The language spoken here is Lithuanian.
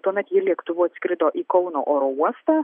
tuomet ji lėktuvu atskrido į kauno oro uostą